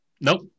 Nope